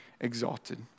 exalted